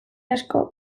asko